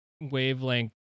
wavelength